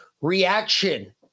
reaction